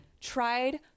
tried